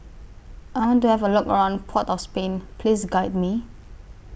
I want to Have A Look around Port of Spain Please Guide Me